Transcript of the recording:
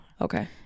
Okay